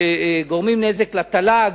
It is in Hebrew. שגורמים נזק לתל"ג.